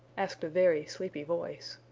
asked a very sleepy voice.